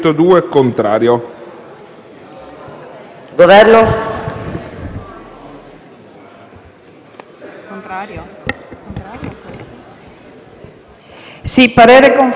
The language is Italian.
parere conforme al relatore.